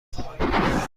خواهم